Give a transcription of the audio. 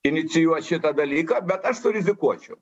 inicijuot šitą dalyką bet aš surizikuočiau